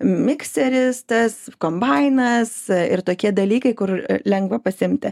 mikseris tas kombainas ir tokie dalykai kur lengva pasiimti